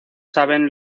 saben